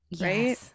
Right